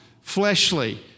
fleshly